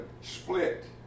split